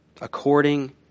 According